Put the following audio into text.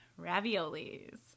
raviolis